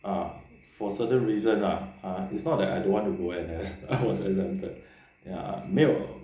ah okay for certain reason ah it's not that I don't want to go N_S I was exempted 没有